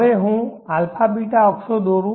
હવે હું α β અક્ષો દોરું